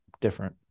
different